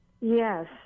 Yes